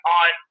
on